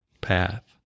path